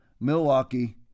Milwaukee